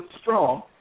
strong